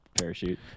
parachute